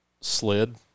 slid